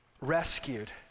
rescued